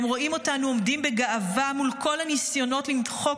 הם רואים אותנו עומדים בגאווה מול כל הניסיונות למחוק